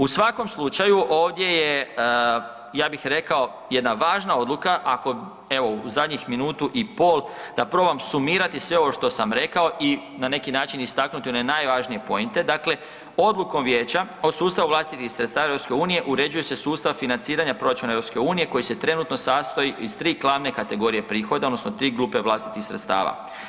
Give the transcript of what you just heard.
U svakom slučaju, ovdje je, ja bih rekao, jedna važna odluka, ako, evo, u zadnjih minutu i pol, da probam sumirati sve ovo što sam rekao i na neki način istaknuti one najvažnije pointe, dakle Odlukom Vijeća o sustavu vlastitih sredstava EU uređuju se sustav financiranja EU koji se trenutno sastoji iz 3 glavne kategorije prihoda, odnosno 3 grupe vlastitih sredstava.